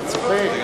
אני צוחק,